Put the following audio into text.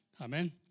amen